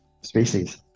species